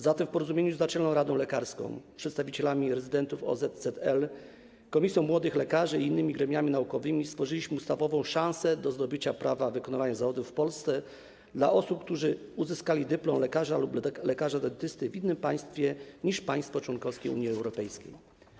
Zatem w porozumieniu z Naczelną Radą Lekarską, przedstawicielami Porozumienia Rezydentów OZZL, komisją młodych lekarzy i innymi gremiami naukowymi stworzyliśmy ustawową szansę zdobycia prawa do wykonywania zawodu w Polsce dla osób, które uzyskały dyplom lekarz lub lekarza dentysty w innym państwie niż państwo członkowskie Unii Europejskiej.